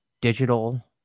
digital